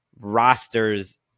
rosters